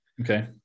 Okay